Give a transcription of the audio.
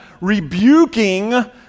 rebuking